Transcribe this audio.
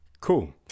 Cool